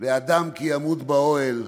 "אדם כי ימות באהל",